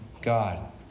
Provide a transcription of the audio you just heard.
God